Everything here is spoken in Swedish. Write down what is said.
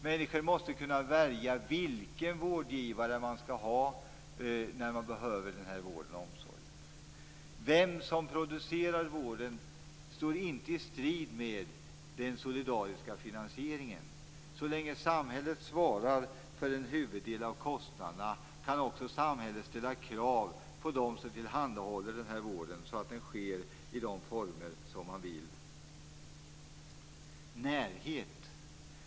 Människor måste kunna välja vilken vårdgivare man skall ha när man behöver vård och omsorg. Vem som producerar vården får inte stå strid med den solidariska finansieringen. Så länge samhället svarar för en huvuddel av kostnaderna skall också samhället ställa krav på dem som tillhandahåller vården så att det sker i de former som man vill.